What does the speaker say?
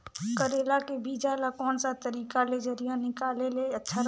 करेला के बीजा ला कोन सा तरीका ले जरिया निकाले ले अच्छा रथे?